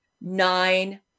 nine